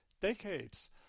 decades